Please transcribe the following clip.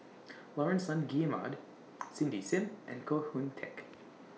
Laurence Nunns Guillemard Cindy SIM and Koh Hoon Teck